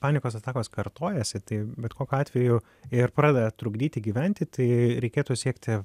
panikos atakos kartojasi tai bet kokiu atveju ir pradeda trukdyti gyventi tai reikėtų siekti